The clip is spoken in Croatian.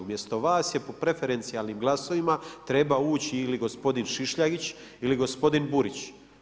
Umjesto vas je po preferencijalnim glasovima, trebao ući ili gospodin Šišljagić ili gospodin Burić.